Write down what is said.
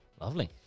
Lovely